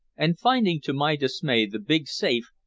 and finding to my dismay the big safe,